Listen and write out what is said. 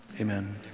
Amen